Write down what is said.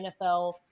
nfl